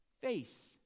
Face